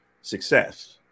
success